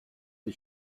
the